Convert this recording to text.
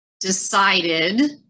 decided